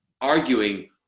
arguing